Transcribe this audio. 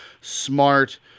smart